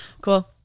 Cool